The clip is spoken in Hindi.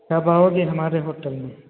कब आओगे हमारे होटल में